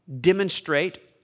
demonstrate